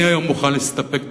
אני היום מוכן להסתפק,